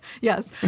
Yes